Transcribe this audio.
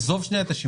עזוב רגע את זה.